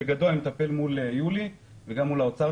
בגדול אני מטפל בזה מול השר יולי אדלשטיין וגם מול משרד האוצר.